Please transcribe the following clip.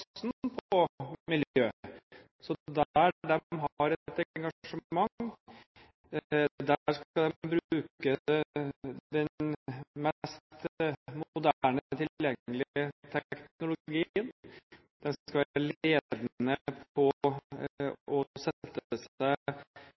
på miljø, så der de har et engasjement, skal de bruke den mest moderne tilgjengelige teknologien, og de skal være ledende på